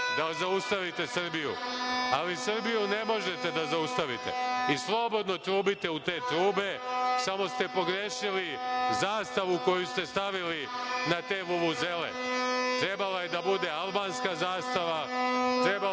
da zaustavite Srbiju. Srbiju ne možete da zaustavite i slobodno trubite u te trube, samo ste pogrešili zastavu koju ste stavili na te vuvuzele, trebala je da bude albanska zastava, trebala